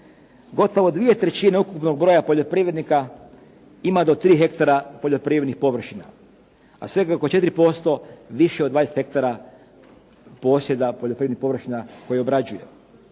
Gotovo dvije trećine ukupnog broja poljoprivrednika ima do tri hektara poljoprivrednih površina, a svega oko 4% više od 20 hektara posjeda poljoprivrednih površina koje obrađuje.